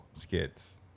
skits